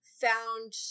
found